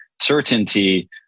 certainty